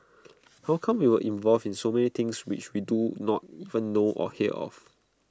how come we are involved in so many things which we do not even know or hear of